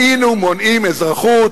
היינו מונעים אזרחות